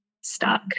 stuck